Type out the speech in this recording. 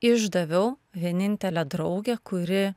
išdaviau vienintelę draugę kuri